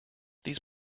these